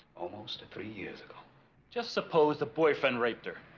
almost three years ago just suppose the boyfriend raped her